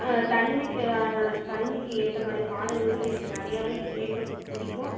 தனிமைக்கு தனிமைக்கு ஏற்ற மாதிரி பாடல்களும் எனக்கு நிறையாவே கேட்க பிடிக்கும்